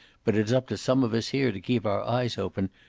but it's up to some of us here to keep our eyes open,